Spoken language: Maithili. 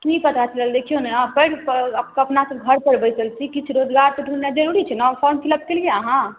की पता चलल देखिऔ ने आब पढ़ि कऽ अपना सभ घर पर बैसल छी किछु रोजगार तऽ ढुँढ़नाइ जरूरी छै ने फॉर्म फिलप कयलियै अहाँ